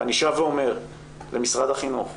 ואני שב ואומר למשרד החינוך,